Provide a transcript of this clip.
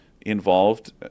involved